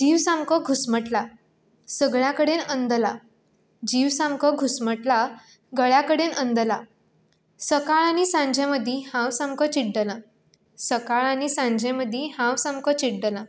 जीव सामको घुस्मटला सगळ्या कडेन अंदला जीव सामको घुस्मटला गळ्या कडेन अंदला सकाळ आनी सांजे मदीं हांव सामको चिड्डलां सकाळ आनी सांजे मदीं हांव सामको चिड्डला